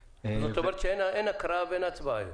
-- זאת אומרת שאין הקראה ואין הצבעה היום.